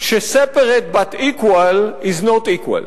ש-separate but equal is not equal,